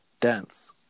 dense